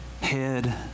head